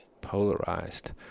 polarized